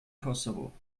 kosovo